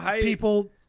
people